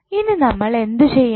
ഇനി നമ്മൾ എന്ത് ചെയ്യണം